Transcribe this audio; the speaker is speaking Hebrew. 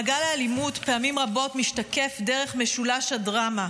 פעמים רבות מעגל האלימות משתקף דרך משולש הדרמה,